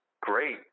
great